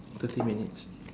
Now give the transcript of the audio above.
thirty minutes